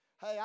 Hey